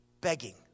begging